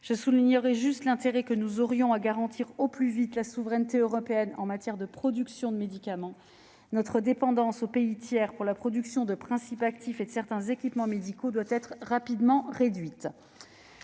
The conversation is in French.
veux souligner l'intérêt que nous aurions au fait de garantir le plus rapidement possible la souveraineté européenne en matière de production de médicaments. Notre dépendance à l'égard de pays tiers pour la production de principes actifs et de certains équipements médicaux doit être rapidement réduite.